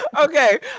Okay